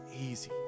easy